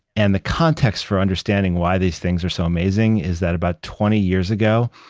and the context for understanding why these things are so amazing is that about twenty years ago,